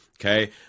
okay